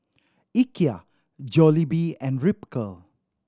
Ikea Jollibee and Ripcurl